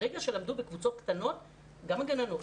ברגע שלמדו בקבוצות קטנות גם הגננות,